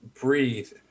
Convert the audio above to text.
breathe